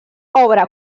obra